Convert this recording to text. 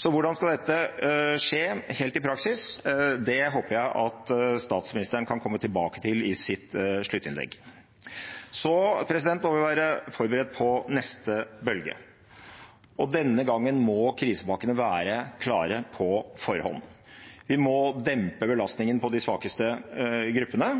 Hvordan skal dette skje i praksis? Det håper jeg at statsministeren kan komme tilbake til i sitt sluttinnlegg. Vi må være forberedt på neste bølge, og denne gangen må krisepakkene være klare på forhånd. Vi må dempe belastningen på de svakeste gruppene,